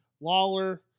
Lawler